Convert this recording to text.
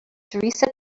theresa